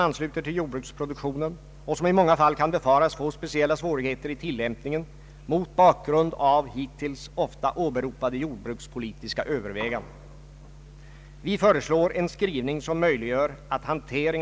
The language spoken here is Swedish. I propositionen hade angivits allmänna riktlinjer för utformandet av ett regionalt program för hela landet.